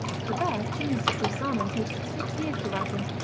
for there cheese such as saanen takes six years to ripen,